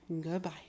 goodbye